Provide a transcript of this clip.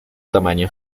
tamaño